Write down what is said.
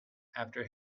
after